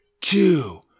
Two